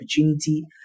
opportunity